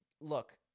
look